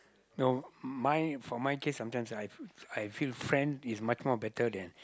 no my for my case I'm just that I I feel friend is much more better than